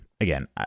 again